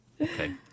Okay